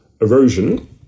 erosion